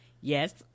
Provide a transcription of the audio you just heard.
Yes